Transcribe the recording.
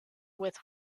with